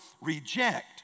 reject